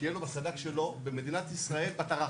שיהיה לו בסד"כ שלו, במדינת ישראל ---.